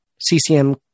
CCM